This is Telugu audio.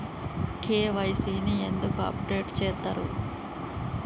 కే.వై.సీ ని ఎందుకు అప్డేట్ చేత్తరు?